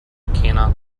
cannot